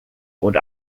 und